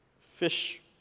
fish